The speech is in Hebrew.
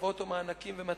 הטבות או מענקים ומתנות.